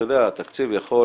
אתה יודע, התקציב יכול